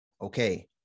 Okay